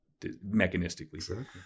mechanistically